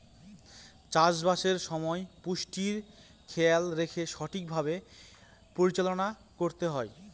চাষবাসের সময় পুষ্টির খেয়াল রেখে ঠিক ভাবে পরিচালনা করতে হয়